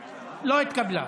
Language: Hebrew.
תתביישו.